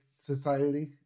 Society